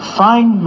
find